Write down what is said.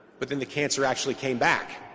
but then the cancer actually came back?